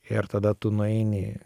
ir tada tu nueini